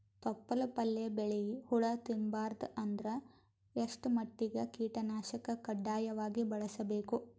ತೊಪ್ಲ ಪಲ್ಯ ಬೆಳಿ ಹುಳ ತಿಂಬಾರದ ಅಂದ್ರ ಎಷ್ಟ ಮಟ್ಟಿಗ ಕೀಟನಾಶಕ ಕಡ್ಡಾಯವಾಗಿ ಬಳಸಬೇಕು?